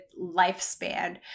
lifespan